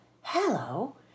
hello